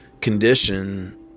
condition